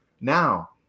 Now